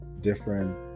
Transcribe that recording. different